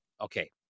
okay